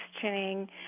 questioning